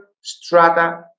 strata